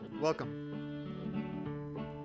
welcome